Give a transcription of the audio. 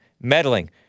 Meddling